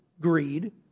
greed